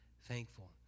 thankful